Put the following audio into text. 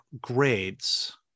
grades